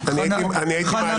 הממשלה.